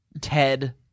Ted